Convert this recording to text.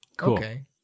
okay